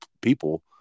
people